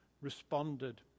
responded